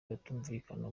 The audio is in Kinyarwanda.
batumvikana